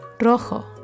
Rojo